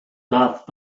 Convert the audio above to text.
darth